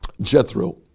Jethro